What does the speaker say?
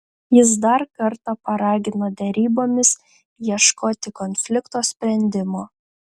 jis dar kartą paragino derybomis ieškoti konflikto sprendimo